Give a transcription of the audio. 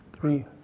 three